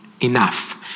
Enough